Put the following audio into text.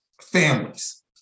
families